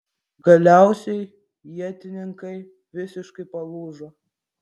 galiausiai ietininkai visiškai palūžo